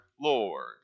Lord